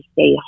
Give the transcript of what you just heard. stay